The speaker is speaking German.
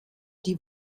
die